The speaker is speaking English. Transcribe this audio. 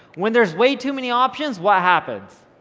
when there's way too many options what happens?